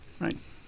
right